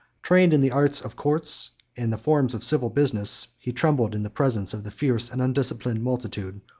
trained in the arts of courts and the forms of civil business, he trembled in the presence of the fierce and undisciplined multitude,